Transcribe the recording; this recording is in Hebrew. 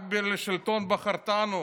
רק לשלטון בחרתנו,